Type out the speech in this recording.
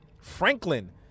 Franklin